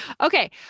Okay